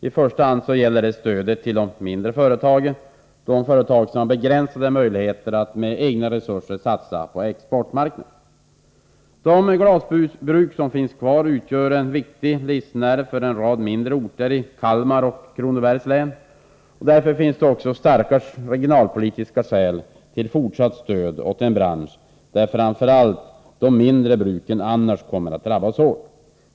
I första hand gäller det stödet till de mindre företagen, de företag som har begränsade möjligheter att med egna resurser satsa på exportmarknaderna. De glasbruk som finns kvar utgör en viktig livsnerv för en rad mindre orter i Kalmar och Kronobergs län. Det finns därför starka regionalpolitiska skäl till fortsatt stöd åt en bransch där framför allt de mindre bruken annars kommer att drabbas hårt.